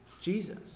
jesus